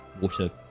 Water